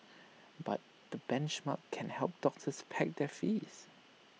but the benchmarks can help doctors peg their fees